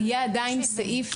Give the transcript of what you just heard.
הוא עדיין יהיה סעיף תקיפה סתם.